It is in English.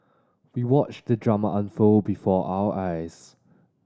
we watched the drama unfold before our eyes